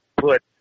put